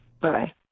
Bye-bye